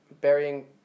burying